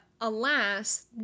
alas